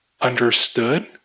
understood